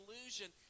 illusion